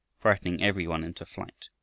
frightening every one into flight.